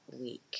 week